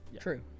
True